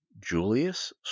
Julius